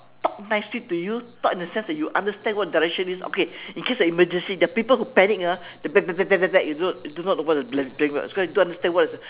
talk nicely to you talk in the sense that you understand what direction it is okay in case of emergency there are people who panic ah they pa~ pa~ pa~ pa~ pa~ you do not you do not know a thing [what] cause you don't understand what is